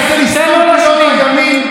אתה מנסה לסתום פיות לימין.